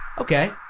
Okay